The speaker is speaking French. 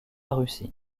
russie